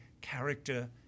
character